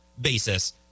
basis